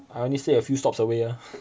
I only stay a few stops away ah